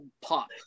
pop